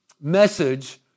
message